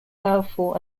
powerful